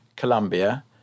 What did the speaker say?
Colombia